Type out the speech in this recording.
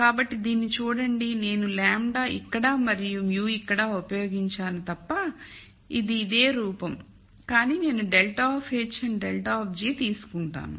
కాబట్టి దీనిని చూడండి నేను λ ఇక్కడ మరియు μ ఇక్కడ ఉపయోగించాను తప్ప ఇది ఇదే రూపం కానీ నేను ∇ of h and ∇of g తీసుకుంటాను